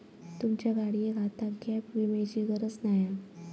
तुमच्या गाडियेक आता गॅप विम्याची गरज नाय हा